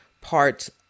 parts